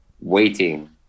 waiting